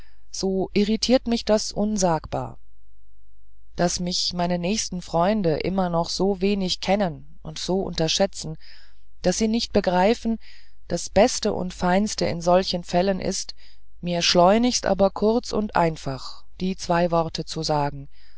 so irritiert mich das unsagbar daß mich meine nächsten freunde immer noch so wenig kennen und so unterschätzen daß sie nicht begreifen das beste und feinste in solchen fällen ist mir schleunigst aber kurz und einfach die zwei worte zu sagen